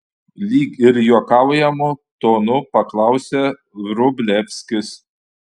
lyg ir juokaujamu tonu paklausė vrublevskis